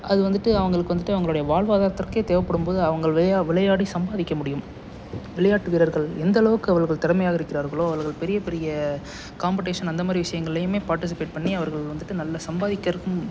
அதுவந்துட்டு அவங்களுக்கு வந்துட்டு அவங்களுடைய வாழ்வாதாரத்திற்கே தேவைப்படும்போது அவங்கள் வேயா விளையாடி சம்பாதிக்க முடியும் விளையாட்டு வீரர்கள் எந்த அளவுக்கு அவர்கள் திறமையாக இருக்கிறார்களோ அல்லது பெரிய பெரிய காம்பெடிஷன் அந்த மாதிரி விஷயங்கள்லேயுமே பார்ட்டிசிபேட் பண்ணி அவர்கள் வந்துட்டு நல்ல சம்பாதிக்கிறகும்